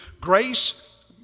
Grace